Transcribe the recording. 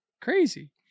crazy